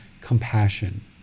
compassion